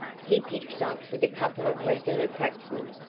he picks up with a couple of regular cracksmen,